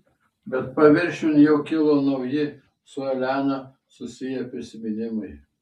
bet paviršiun jau kilo nauji su elena susiję prisiminimai